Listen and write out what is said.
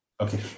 Okay